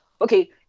okay